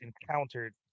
encountered